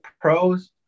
pros